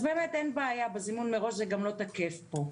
אז באמת אין בעיה, בזימן מראש זה לא תקף פה.